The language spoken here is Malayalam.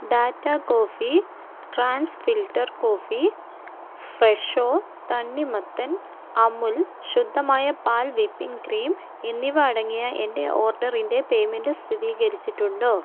data coffee trends filter coffee ഫ്രെഷോ തണ്ണിമത്തൻ അമുൽ ശുദ്ധമായ പാൽ വിപ്പിംഗ് ക്രീം എന്നിവ അടങ്ങിയ എന്റെ ഓർഡറിന്റെ പേയ്മെൻറ്റ് സ്ഥിതീകരിച്ചിട്ടുണ്ടോ